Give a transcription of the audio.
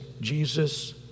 Jesus